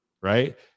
right